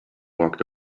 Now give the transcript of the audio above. walked